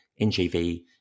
NGV